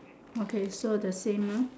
okay so the same lor